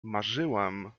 marzyłam